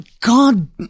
God